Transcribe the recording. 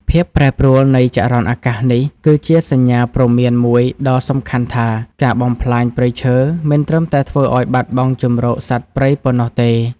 ភាពប្រែប្រួលនៃចរន្តអាកាសនេះ គឺជាសញ្ញាព្រមានមួយដ៏សំខាន់ថា ការបំផ្លាញព្រៃឈើមិនត្រឹមតែធ្វើឱ្យបាត់បង់ជម្រកសត្វព្រៃប៉ុណ្ណោះទេ។